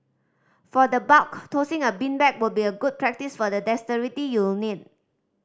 for the bulk tossing a beanbag would be good practice for the dexterity you'll need